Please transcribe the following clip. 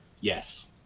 Yes